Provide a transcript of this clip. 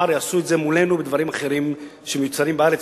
ומחר יעשו את זה מולנו בדברים אחרים שמיוצרים בארץ,